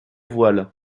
voile